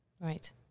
Right